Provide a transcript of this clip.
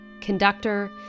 conductor